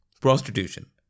prostitution